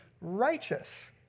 righteous